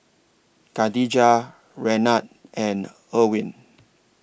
Kadijah Renard and Ervin